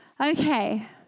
Okay